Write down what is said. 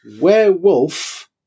werewolf